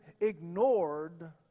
ignored